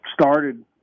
started